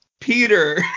Peter